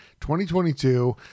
2022